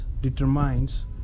determines